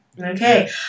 Okay